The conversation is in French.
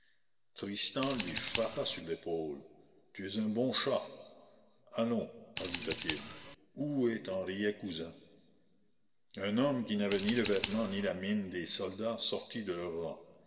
tristan lui frappa sur l'épaule tu es un bon chat allons ajouta-t-il où est henriet cousin un homme qui n'avait ni le vêtement ni la mine des soldats sortit de leurs rangs